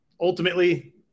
ultimately